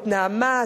את "נעמת",